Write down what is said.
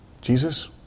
Jesus